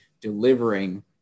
delivering